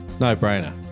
no-brainer